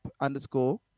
underscore